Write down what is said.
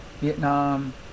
Vietnam